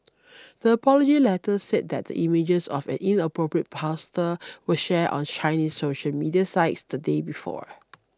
the apology letter said that the images of an inappropriate pastor were shared on Chinese social media sites the day before